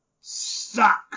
suck